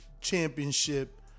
championship